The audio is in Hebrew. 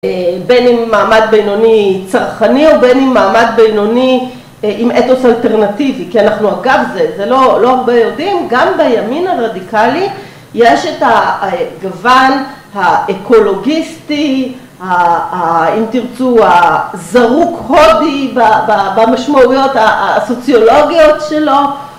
בין אם מעמד בינוני צרכני, או בין אם מעמד בינוני עם אתוס אלטרנטיבי, כי אנחנו אגב זה לא הרבה יודעים, גם בימין הרדיקלי יש את הגוון האקולוגיסטי, אם תרצו הזרוק הודי במשמעויות הסוציולוגיות שלו